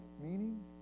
meaning